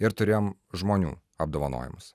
ir turėjom žmonių apdovanojimus